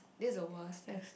this the worst eh